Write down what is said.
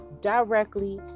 directly